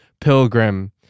Pilgrim